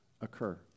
occur